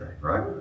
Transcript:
right